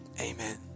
amen